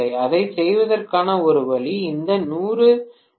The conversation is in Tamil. அதைச் செய்வதற்கான ஒரு வழி அந்த 100 கே